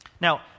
Now